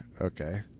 okay